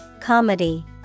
Comedy